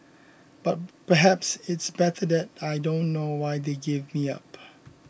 but perhaps it's better that I don't know why they gave me up